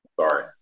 Sorry